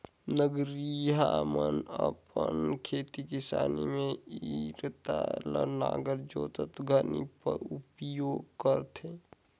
नगरिहा मन अपन खेती किसानी मे इरता ल नांगर जोतत घनी उपियोग करथे